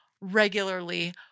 regularly